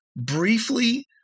briefly